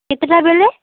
କେତେଟା ବେଲେ